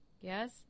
Yes